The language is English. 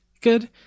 good